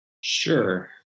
Sure